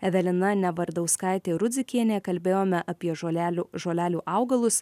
evelina nevardauskaitė rudzikienė kalbėjome apie žolelių žolelių augalus